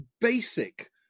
basic